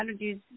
allergies